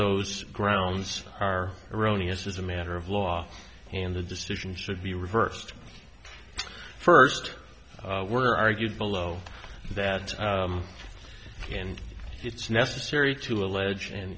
those grounds are erroneous as a matter of law and the decision should be reversed first were argued below that and it's necessary to allege an